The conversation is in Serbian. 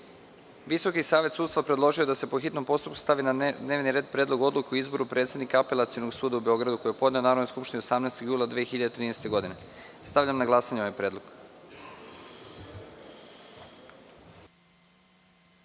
savet sudstva predložio je da se po hitnom postupku stavi na dnevni red Predlog odluke o izboru predsednika Apelacionog suda u Beogradu, koji je podneo Narodnoj skupštini 18. jula 2013. godine. Stavljam na glasanje ovaj predlog. Molim